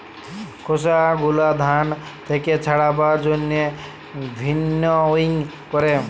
খসা গুলা ধান থেক্যে ছাড়াবার জন্হে ভিন্নউইং ক্যরে